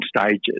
stages